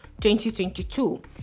2022